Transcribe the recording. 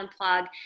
unplug